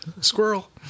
Squirrel